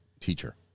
Teacher